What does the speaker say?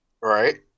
Right